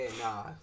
nah